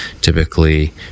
typically